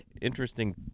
interesting